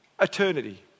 eternity